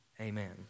amen